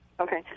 Okay